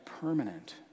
permanent